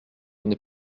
n’est